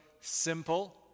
simple